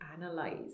analyze